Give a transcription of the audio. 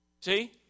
see